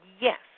Yes